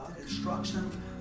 instruction